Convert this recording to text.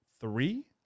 three